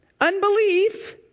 Unbelief